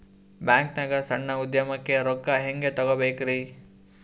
ಬ್ಯಾಂಕ್ನಾಗ ಸಣ್ಣ ಉದ್ಯಮಕ್ಕೆ ರೊಕ್ಕ ಹೆಂಗೆ ತಗೋಬೇಕ್ರಿ?